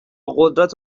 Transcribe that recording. قدرت